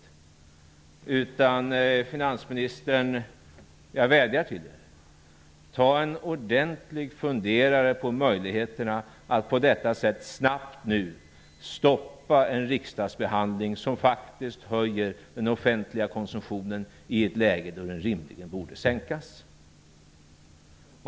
Jag vädjar till finansministern att ta en ordentlig funderare på möjligheterna att på detta sätt snabbt stoppa en riksdagsbehandling som leder till att den offentliga konsumtionen ökar i ett läge då den rimligen borde minska.